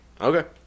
Okay